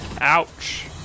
Ouch